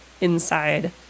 inside